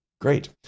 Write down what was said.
Great